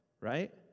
right